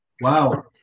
Wow